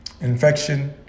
infection